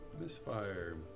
Misfire